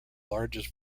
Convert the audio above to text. largest